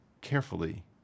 carefully